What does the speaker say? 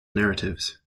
narratives